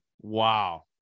Wow